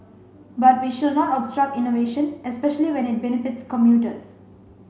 but we should not obstruct innovation especially when it benefits commuters